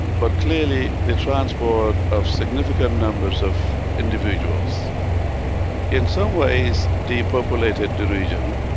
but clearly the transport of significant numbers of individuals in some ways depopulated the region.